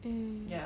mm